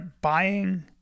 buying